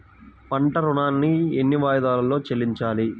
పంట ఋణాన్ని ఎన్ని వాయిదాలలో చెల్లించాలి?